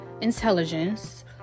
intelligence